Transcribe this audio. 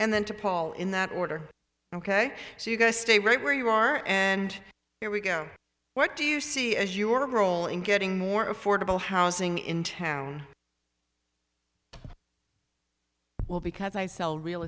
and then to paul in that order ok so you guys stay right where you are and here we go what do you see as your role in getting more affordable housing in town well because i sell real